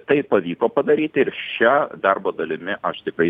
tai pavyko padaryti ir šia darbo dalimi aš tikrai